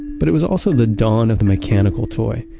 but it was also the dawn of the mechanical toy.